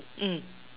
mm